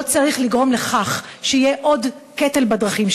לא צריך לגרום לכך שיהיה עוד קטל בדרכים,